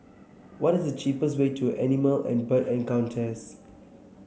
what the cheapest way to Animal and Bird Encounters